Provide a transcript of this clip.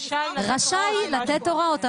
רשאי לתת הוראות,